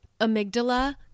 amygdala